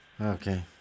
Okay